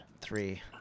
three